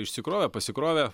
išsikrovė pasikrovė